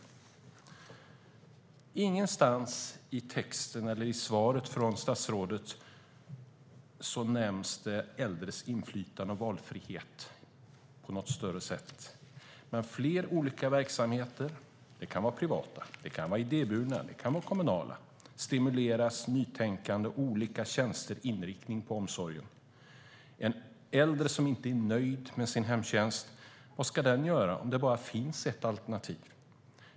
Ingenstans i svaret från statsrådet nämns de äldres inflytande och valfrihet på något tydligt sätt. Med fler olika verksamheter - privata, idéburna, kommunala - stimuleras nytänkande, olika tjänster och inriktning på omsorgen. Vad ska en äldre som inte är nöjd med sin hemtjänst göra om det bara finns ett alternativ?